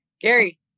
Gary